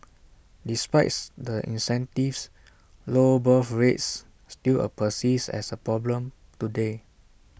despites the incentives low birth rates still persist as A problem today